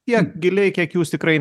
t iek giliai kiek jūs tikrai